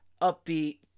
upbeat